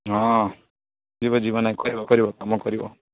ହଁ ଯିବ ଯିବ ନାହିଁ କରିବ କରିବ କାମ କରିବ